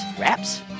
wraps